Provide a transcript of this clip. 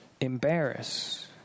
Embarrass